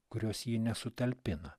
kurios ji nesutalpina